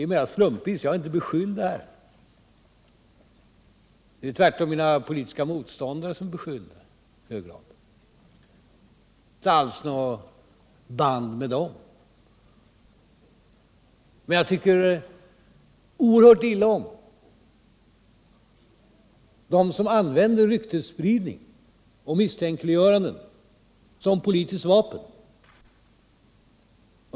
Jag är ju inte beskylld för någonting här — tvärtom är det mina politiska motståndare som i hög grad är beskyllda, och jag har inte alls några band med dem i det här fallet — men jag vill ändå säga att jag tycker oerhört illa om dem som använder ryktesspridning och misstänkliggöranden som politiskt vapen.